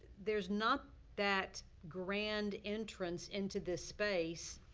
there's not that grand entrance into this space,